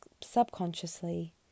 subconsciously